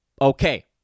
Okay